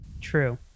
true